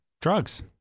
drugs